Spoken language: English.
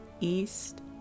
east